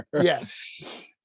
Yes